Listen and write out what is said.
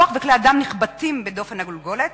המוח וכלי הדם נחבטים בדופן הגולגולת